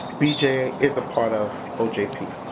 bja is a part of ojp.